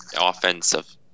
offensive